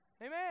Amen